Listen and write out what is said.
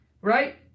Right